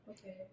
Okay